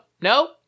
no